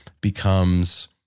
becomes